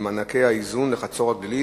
מגלי והבה.